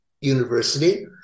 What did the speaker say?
University